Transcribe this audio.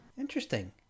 Interesting